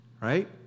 Right